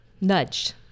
nudged